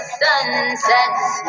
sunsets